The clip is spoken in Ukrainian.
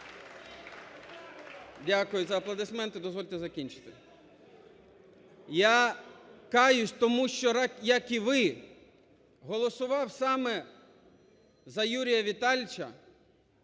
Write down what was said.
Дякую за аплодисменти, дозвольте закінчити. Я каюсь, тому що, як і ви, голосував саме за Юрія Віталійовича,